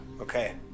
Okay